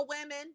women